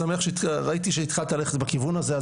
שמח שראיתי שהתחלת ללכת בכיוון הזה,